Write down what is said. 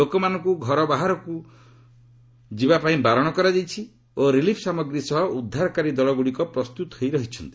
ଲୋକମାନଙ୍କୁ ଘର ବାହାରକୁ ଯିବାପାଇଁ ବାରଣ କରାଯାଇଛି ଓ ରିଲିଫ୍ ସାମଗ୍ରୀ ସହ ଉଦ୍ଧାରକାରୀ ଦଳଗୁଡ଼ିକ ପ୍ରସ୍ତୁତ ହୋଇ ରହିଛନ୍ତି